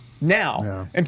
Now